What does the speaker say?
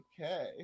Okay